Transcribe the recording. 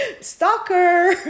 stalker